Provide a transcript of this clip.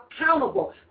accountable